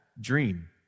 dream